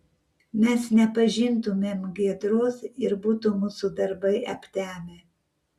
mes nepažintumėm giedros ir būtų mūsų darbai aptemę